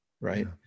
right